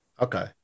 Okay